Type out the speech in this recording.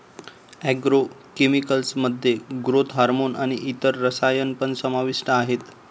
agro chemicals मध्ये growth hormone आणि इतर रसायन पण समाविष्ट आहेत